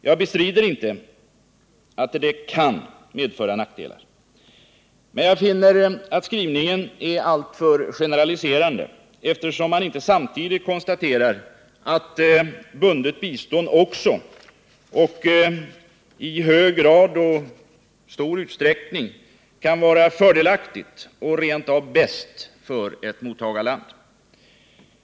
Jag bestrider inte att det kan medföra nackdelar. Men jag finner skrivningen alltför generaliserande, eftersom man inte samtidigt konstaterar att bundet bistånd också — och i hög grad och stor utsträckning — kan vara fördelaktigt och rent av bäst för ett mottagarland.